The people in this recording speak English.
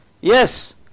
Yes